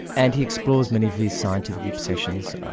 and he explores many of his scientific obsessions.